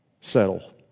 settle